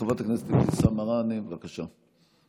חברת הכנסת אבתיסאם מראענה, בבקשה.